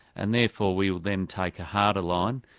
and therefore we will then take a harder line,